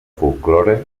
folklore